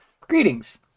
Greetings